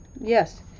Yes